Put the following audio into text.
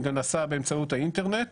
הוא גם נעשה באמצעות האינטרנט.